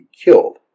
killed